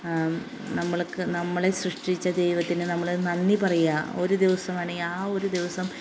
നമ്മൾക്ക് നമ്മളെ സൃഷ്ടിച്ച ദൈവത്തിന് നമ്മൾ നന്ദി പറയുക ഒരു ദിവസമാണെങ്കിൽ ആ ഒരു ദിവസം